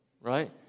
right